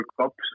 Cups